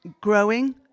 growing